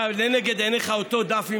אתה, לנגד עיניך אותו דף עם